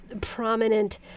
prominent